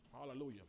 Hallelujah